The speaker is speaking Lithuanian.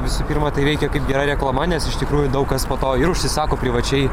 visų pirma tai veikia kaip gera reklama nes iš tikrųjų daug kas po to ir užsisako privačiai